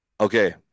Okay